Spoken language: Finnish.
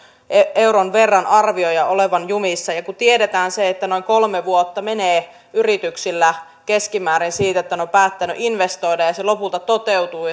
euron verran arvioidaan olevan jumissa ja kun tiedetään että keskimäärin noin kolme vuotta menee yrityksillä siitä että ne ovat päättäneet investoida siihen että se lopulta toteutuu